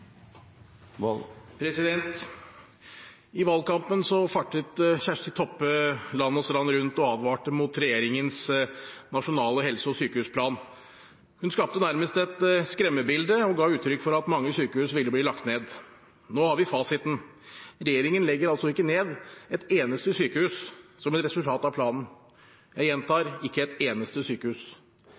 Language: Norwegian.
I valgkampen fartet Kjersti Toppe land og strand rundt og advarte mot regjeringens Nasjonal helse- og sykehusplan. Hun skapte nærmest et skremmebilde og ga uttrykk for at mange sykehus ville bli lagt ned. Nå har vi fasiten: Regjeringen legger altså ikke ned et eneste sykehus som et resultat av planen – jeg gjentar: